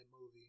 movie